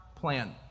plan